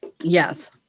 Yes